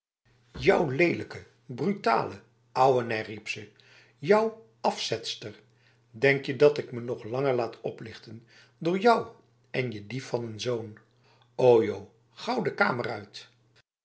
jou lelijke brutale ouwe nèh riep ze jou afzetster denk je dat ik me nog langer laat oplichten door jou en je dief van een zoon ajo gauw de kamer uit